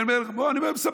אני אומר לך, אני מספר.